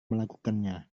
melakukannya